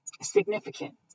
significant